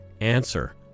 answer